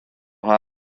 ha